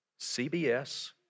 CBS